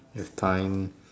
its time